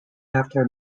after